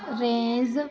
range